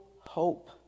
hope